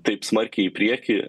taip smarkiai į priekį